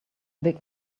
big